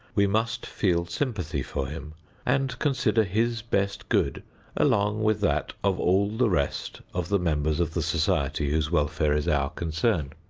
we must feel sympathy for him and consider his best good along with that of all the rest of the members of the society whose welfare is our concern.